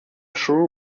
shrew